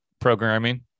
programming